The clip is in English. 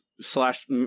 slash